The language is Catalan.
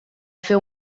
fer